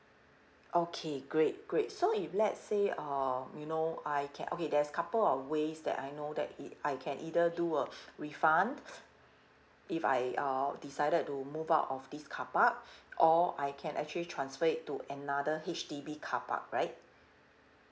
okay great great so if let's say uh you know I can okay there's couple of ways that I know that I can either do a refund if I uh decided to move out of this carpark or I can actually transfer it to another H_D_B carpark right